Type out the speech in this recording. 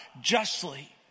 justly